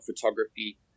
photography